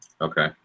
Okay